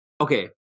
okay